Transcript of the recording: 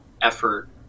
effort